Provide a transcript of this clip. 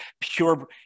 pure